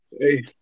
Hey